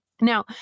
Now